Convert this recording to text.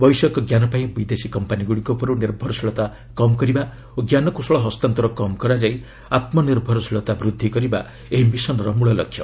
ବୈଷୟିକ ଙ୍କାନପାଇଁ ବିଦେଶୀ କମ୍ପାନୀଗୁଡ଼ିକ ଉପରୁ ନିର୍ଭରଶୀଳତା କମ୍ କରିବା ଓ ଜ୍ଞାନକୌଶଳ ହସ୍ତାନ୍ତର କମ୍ କରାଯାଇ ଆତ୍କନିର୍ଭରଶୀଳତା ବୃଦ୍ଧି କରିବା ଏହି ମିଶନ୍ର ମୂଳଲକ୍ଷ୍ୟ